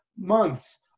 months